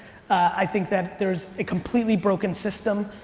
i think that there's a completely broken system.